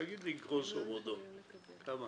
תגיד לי גרוסו מודו כמה.